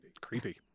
creepy